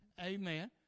Amen